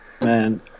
Man